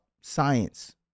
Science